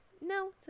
no